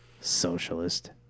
Socialist